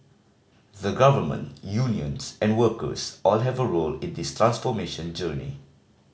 the Government Unions and workers all have a role in this transformation journey